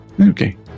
Okay